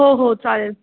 हो हो चालेल